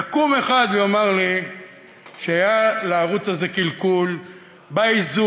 יקום אחד ויאמר לי שהיה לערוץ הזה קלקול באיזון,